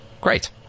Great